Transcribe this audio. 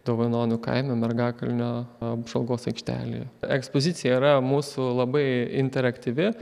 dovainonių kaimo mergakalnio apžvalgos aikštelė ekspozicija yra mūsų labai interaktyvi